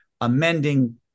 amending